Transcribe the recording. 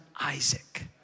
Isaac